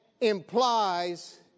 implies